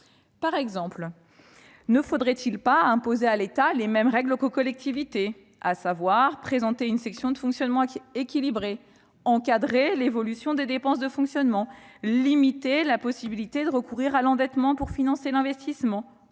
Par exemple, ne faudrait-il pas imposer à l'État les mêmes règles qu'aux collectivités territoriales : présenter une section de fonctionnement équilibrée, encadrer l'évolution des dépenses de fonctionnement, limiter la possibilité de recourir à l'endettement pour financer l'investissement,